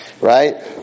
right